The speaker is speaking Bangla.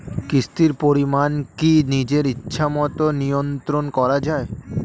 কিস্তির পরিমাণ কি নিজের ইচ্ছামত নিয়ন্ত্রণ করা যায়?